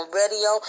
radio